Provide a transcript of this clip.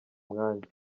mwanya